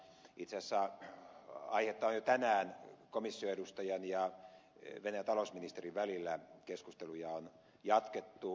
itse asiassa aiheesta on jo tänään komissioedustajan ja venäjän talousministerin välillä keskusteluja jatkettu